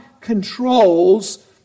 controls